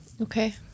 Okay